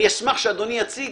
אני אשמח שאדוני יציג,